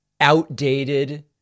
outdated